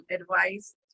advice